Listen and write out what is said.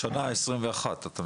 בשנה 2021, אתה מדבר.